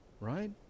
Right